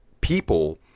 people